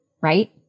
right